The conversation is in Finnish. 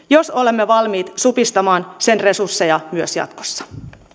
jos olemme valmiit supistamaan sen resursseja myös jatkossa